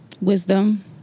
Wisdom